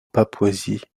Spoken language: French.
papouasie